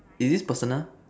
is this personal